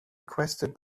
requested